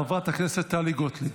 חברת הכנסת טלי גוטליב.